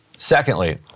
Secondly